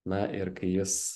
na ir kai jis